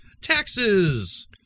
taxes